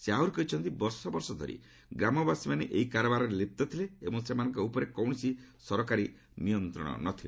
ସେ ଆହୁରି କହିଛନ୍ତି ବର୍ଷ ବର୍ଷ ଧରି ଗ୍ରାମବାସୀମାନେ ଏହି କାରବାରରେ ଲିପ୍ତ ଥିଲେ ଏବଂ ସେମାନଙ୍କ ଉପରେ କୌଣସି ସରକାରୀ ନିୟନ୍ତ୍ରଣ ନ ଥିଲା